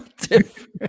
different